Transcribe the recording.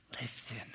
listen